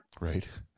Right